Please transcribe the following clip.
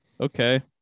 Okay